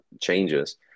changes